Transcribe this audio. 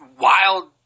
wild